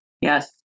Yes